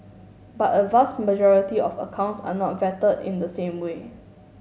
but a vast majority of accounts are not vetted in the same way